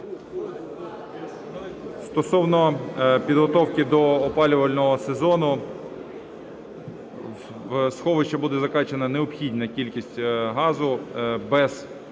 Стосовно підготовки до опалювального сезону. У сховище буде закачана необхідна кількість газу,